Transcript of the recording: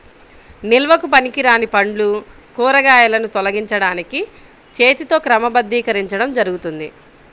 నిల్వకు పనికిరాని పండ్లు, కూరగాయలను తొలగించడానికి చేతితో క్రమబద్ధీకరించడం జరుగుతుంది